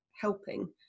helping